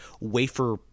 wafer